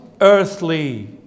earthly